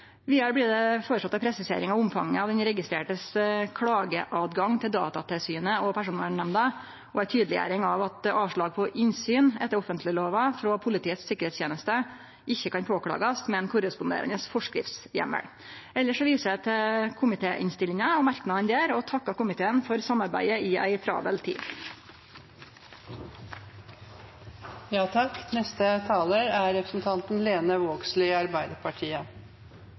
Vidare blir det føreslått ei presisering av omfanget av den registrerte sin rett til å klage til Datatilsynet og Personvernnemnda og ei tydeleggjering av at avslag på innsyn etter offentleglova frå Politiets sikkerheitsteneste ikkje kan påklagast, med ein korresponderande forskriftsheimel. Elles viser eg til komitéinnstillinga og merknadene der, og takkar komiteen for samarbeidet i ei travel tid. Arbeidarpartiet støttar forslaga som ligg i